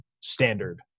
standard